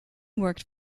worked